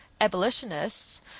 abolitionists